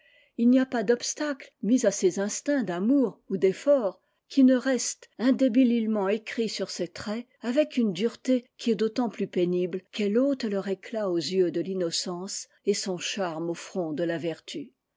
il n'y a pas d'obstacle mis à ses instincts d'amour ou d'effort qui ne reste indélébilement écrit sur ses traits avec une dureté qui est d'autant plus pénible qu'elle ôte leur éclat aux yeux de l'innocence et son charme au front de la vertu